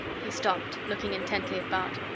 he stopped, looking intently at bart.